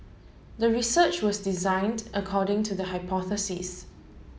the research was designed according to the hypothesis